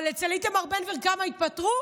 אבל אצל איתמר בן גביר כמה התפטרו?